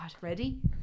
Ready